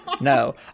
no